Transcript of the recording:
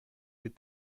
des